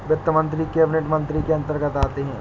वित्त मंत्री कैबिनेट मंत्री के अंतर्गत आते है